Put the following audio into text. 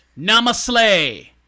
namaste